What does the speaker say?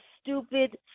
stupid